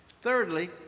Thirdly